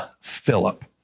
Philip